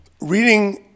reading